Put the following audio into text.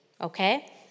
okay